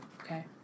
Okay